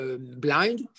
blind